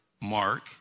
Mark